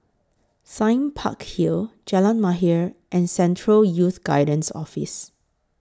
Sime Park Hill Jalan Mahir and Central Youth Guidance Office